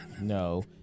No